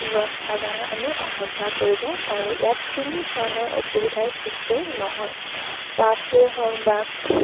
ব্যৱস্থাৰ দ্বাৰা আমি অহা যোৱা কৰিব পাৰোঁ ইয়াত কোনো ধৰণৰ অসুবিধাৰ সৃষ্টি নহয় বাছেই হওক বা